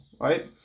right